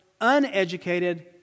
uneducated